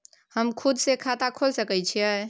हम खुद से खाता खोल सके छीयै?